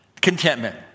Contentment